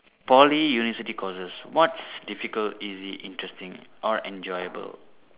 Poly university courses what's difficult easy interesting or enjoyable